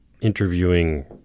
interviewing